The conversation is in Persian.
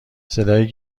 صدای